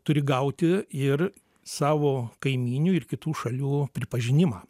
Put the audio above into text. turi gauti ir savo kaimynių ir kitų šalių pripažinimą